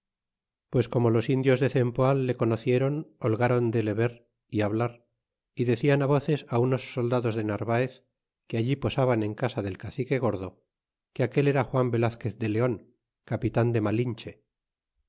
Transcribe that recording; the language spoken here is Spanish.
pues como los indios de cempoal le conociéron holgaron de le ver y hablar y declan voces á unos soldados de narvaez que allí posaban en casa del cacique gordo que aquel era juan velazquez de leon capitan de malinche